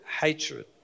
hatred